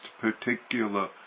particular